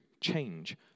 change